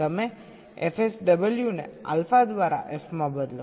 તમે fSW ને alpha દ્વારા f માં બદલો